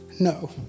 No